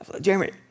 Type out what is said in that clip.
Jeremy